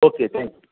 okay thank you